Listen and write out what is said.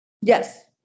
Yes